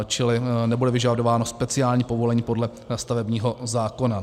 Čili nebude vyžadováno speciální povolení podle stavebního zákona.